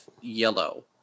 yellow